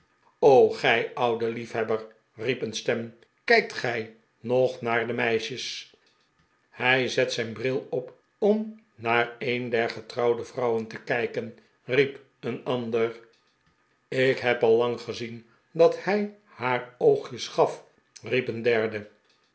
gij oude liefhebber riep een stem kijkt gij nog naar de meisjes hij zet zijn bril op om naar een getrouwde vrouw te kijken riep een ander ik heb al lang gezien dat hij haar oogjes gaf riep een derde